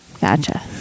Gotcha